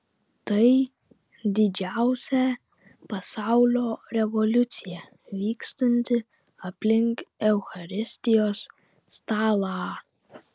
tai didžiausia pasaulio revoliucija vykstanti aplink eucharistijos stalą